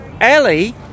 Ellie